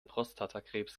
prostatakrebs